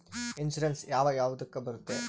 Insurance ಯಾವ ಯಾವುದಕ್ಕ ಬರುತ್ತೆ?